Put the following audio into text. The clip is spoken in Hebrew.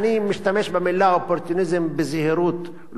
אני משתמש במלה אופורטוניזם בזהירות,